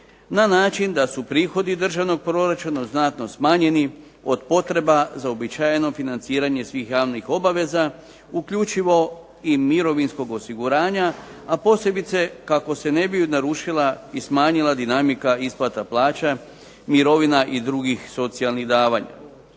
na način da su prihodi državnog proračuna znatno smanjeni od potreba za uobičajeno financiranje svih javnih obaveza uključivo i mirovinskog osiguranja, a posebice kako se ne bi narušila i smanjila dinamika isplata plaća, mirovina i drugih socijalnih davanja.